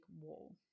wall